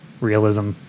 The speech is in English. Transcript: realism